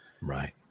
right